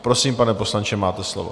Prosím, pane poslanče, máte slovo.